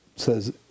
says